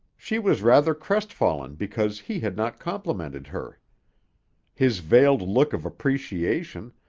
she was rather crestfallen because he had not complimented her his veiled look of appreciation,